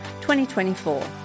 2024